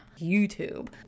YouTube